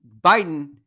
biden